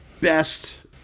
best